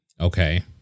Okay